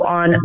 on